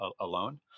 alone